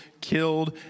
killed